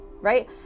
Right